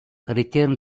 return